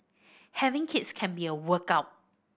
having kids can be a workout